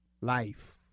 Life